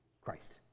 Christ